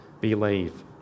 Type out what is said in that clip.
believe